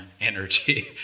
energy